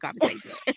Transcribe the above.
conversation